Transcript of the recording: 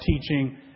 teaching